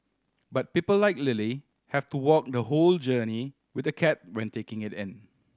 but people like Lily have to walk the whole journey with the cat when taking it in